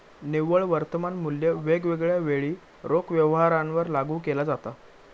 निव्वळ वर्तमान मुल्य वेगवेगळ्या वेळी रोख व्यवहारांवर लागू केला जाता